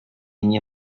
nie